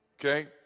okay